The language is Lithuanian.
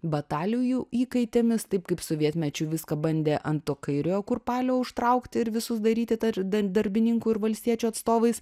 batalijų įkaitėmis taip kaip sovietmečiu viską bandė ant to kairiojo kurpalio užtraukti ir visus daryti tar darbininkų ir valstiečių atstovais